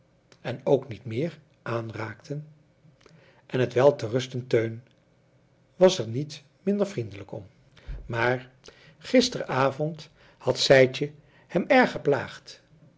en ook niet meer aanraakten en het wel te rusten teun was er niet minder vriendelijk om maar gisterenavond had sijtje hem erg geplaagd